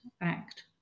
act